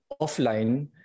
offline